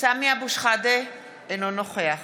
סמי אבו שחאדה, אינו נוכח